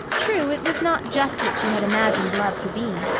true, it was not just what she had imagined love to be.